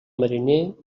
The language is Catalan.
mariner